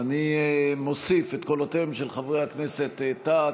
אני מוסיף את קולותיהם של חברי הכנסת טאהא,